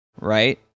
Right